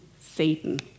Satan